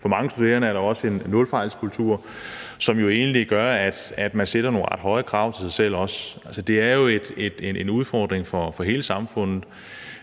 Hos mange studerende er der en nulfejlskultur, som jo egentlig gør, at man stiller nogle ret høje krav til sig selv. Altså, det er jo en udfordring for hele samfundet,